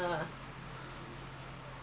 வாங்கிதரேன்:vaanki thareen